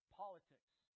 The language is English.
politics